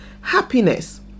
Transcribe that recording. happiness